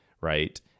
right